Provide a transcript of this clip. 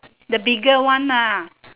the bigger one ah